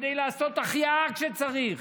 כדי לעשות החייאה כשצריך.